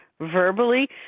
verbally